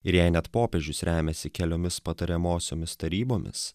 ir jei net popiežius remiasi keliomis patariamosiomis tarybomis